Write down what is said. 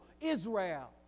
Israel